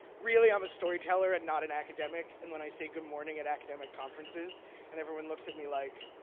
really, i'm a storyteller and not an academic. and when i say good morning at academic conferences and everyone looks at me like,